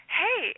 hey